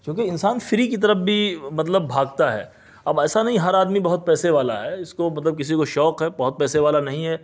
چونکہ انسان فری کی طرف بھی مطلب بھاگتا ہے اب ایسا نہیں ہر آدمی بہت پیسے والا ہے اس کو مطلب کسی کو شوق ہے بہت پیسے والا نہیں ہے